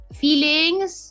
feelings